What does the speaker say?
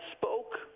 spoke